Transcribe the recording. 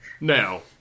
Now